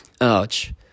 ouch